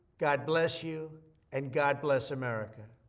god bless you and god bless america.